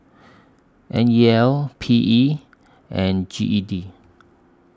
N E L P E and G E D